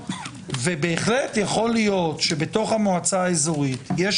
ובהחלט יכול להיות שבתוך המועצה האזורית יש